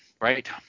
right